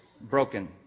broken